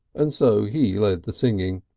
and so he led the singing